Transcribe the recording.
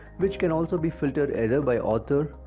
which can also be filtered either by author,